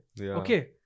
Okay